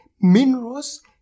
minerals